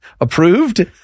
approved